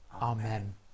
Amen